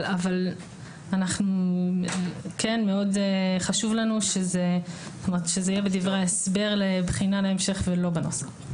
אבל כן מאוד חשוב לנו שזה יהיה בדברי ההסבר לבחינה להמשך ולא בנוסח.